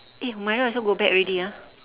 eh humaira also go back already ah